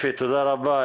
אפי, תודה רבה.